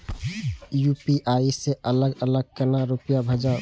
UPI से अलग अलग केना रुपया भेजब